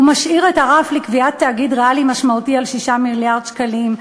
הוא משאיר את הרף לקביעת תאגיד ריאלי משמעותי על 6 מיליארד שקלים.